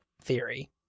theory